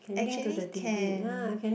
actually can